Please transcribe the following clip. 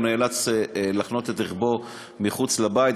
אלא הוא נאלץ להחנות את רכבו מחוץ לבית.